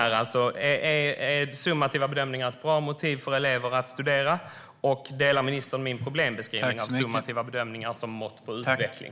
Är summativa bedömningar ett bra motiv för elever att studera, och delar ministern min problembeskrivning av summativa bedömningar som mått på utveckling?